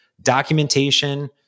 documentation